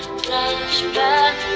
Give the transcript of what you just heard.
flashback